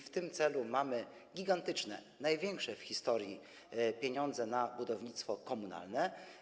W tym celu mamy gigantyczne, największe w historii pieniądze na budownictwo komunalne.